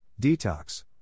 detox